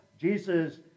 Jesus